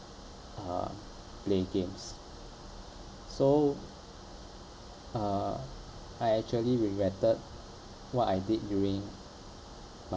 uh play games so uh I actually regretted what I did during